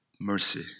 mercy